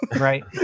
Right